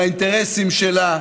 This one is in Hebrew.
על האינטרסים שלה,